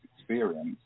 experience